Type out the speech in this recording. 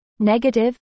Negative